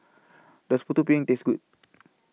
Does Putu Piring Taste Good